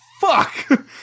Fuck